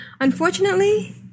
unfortunately